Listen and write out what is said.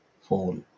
fall